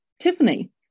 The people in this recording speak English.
Tiffany